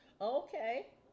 Okay